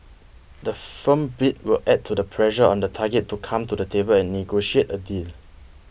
the firm bid will add to the pressure on the target to come to the table and negotiate a deal